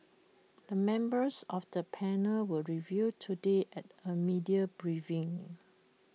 the members of the panel were revealed today at A media briefing